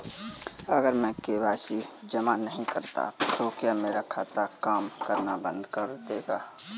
अगर मैं के.वाई.सी जमा नहीं करता तो क्या मेरा खाता काम करना बंद कर देगा?